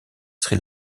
sri